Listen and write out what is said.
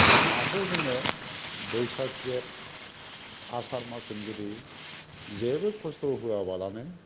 नाखौ जोङो बैसाग जेठ आसार माससिम जुदि जेबो खस्थ' होआबालानो